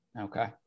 okay